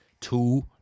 two